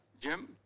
Jim